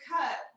cut